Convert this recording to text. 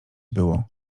było